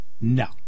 No